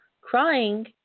crying